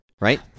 right